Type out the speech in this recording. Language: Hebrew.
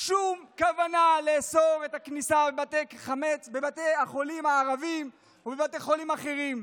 שום כוונה לאסור את כניסת החמץ בבתי החולים הערביים ובבתי חולים אחרים.